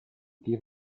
give